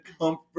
comfort